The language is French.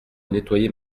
nettoyer